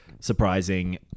surprising